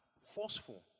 forceful